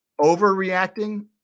overreacting